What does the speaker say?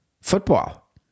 football